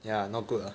ya not good lah